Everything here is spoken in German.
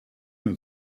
mehr